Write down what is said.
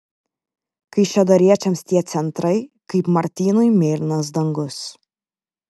kaišiadoriečiams tie centrai kaip martynui mėlynas dangus